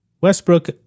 Westbrook